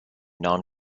non